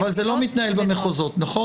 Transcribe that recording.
אבל זה לא מתנהל במחוזות, נכון?